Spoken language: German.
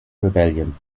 rebellion